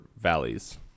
valleys